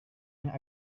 yang